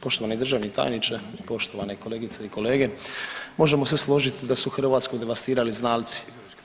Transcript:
Poštovani državni tajniče, poštovane kolegice i kolege, možemo se složiti da su Hrvatsku devastirali znalci.